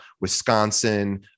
Wisconsin